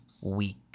week